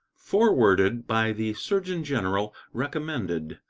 forwarded by the surgeon-general recommended.